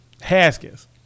Haskins